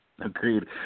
Agreed